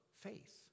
faith